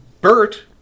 Bert